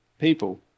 people